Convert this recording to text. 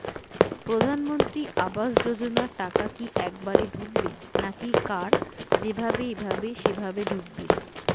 প্রধানমন্ত্রী আবাস যোজনার টাকা কি একবারে ঢুকবে নাকি কার যেভাবে এভাবে সেভাবে ঢুকবে?